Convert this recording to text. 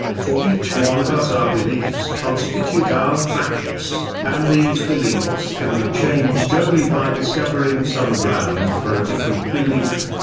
for each one of us our beliefs constitute our facts, and these beliefs can be changed only by discovering some ground for a different belief.